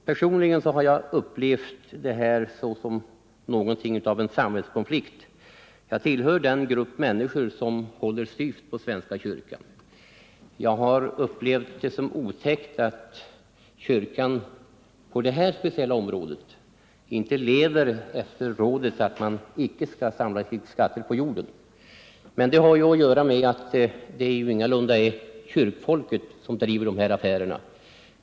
Personligen har jag upplevt något av en samvetskonflikt. Jag tillhör den grupp människor som håller styvt på svenska kyrkan. Jag har upplevt det som otäckt att kyrkan på detta speciella område inte lever efter rådet att man icke skall samla sig skatter på jorden. Men det är ju ingalunda kyrkfolket som driver dessa affärer.